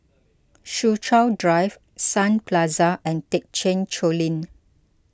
Soo Chow Drive Sun Plaza and thekchen Choling